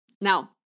Now